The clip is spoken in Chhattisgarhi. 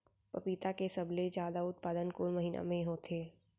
पपीता के सबले जादा उत्पादन कोन महीना में होथे?